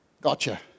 gotcha